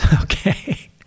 okay